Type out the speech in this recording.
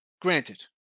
granted